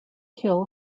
hill